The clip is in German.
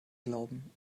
glauben